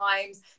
times